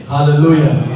Hallelujah